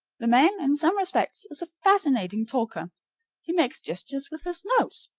the man, in some respects, is a fascinating talker he makes gestures with his nose.